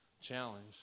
challenge